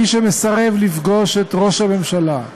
מי שמסרב לפגוש את ראש הממשלה,